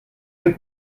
les